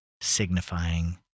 Signifying